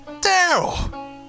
Daryl